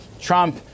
Trump